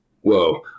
Whoa